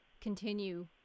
continue